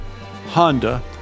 Honda